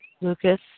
Lucas